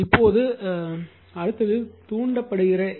இப்போது அடுத்தது தூண்டப்படுகிற ஈ